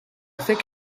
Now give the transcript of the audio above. think